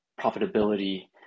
profitability